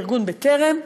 לארגון "בטרם".